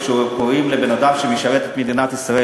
שכשקוראים לבן-אדם שמשרת את מדינת ישראל,